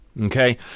okay